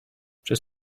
przez